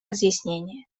разъяснения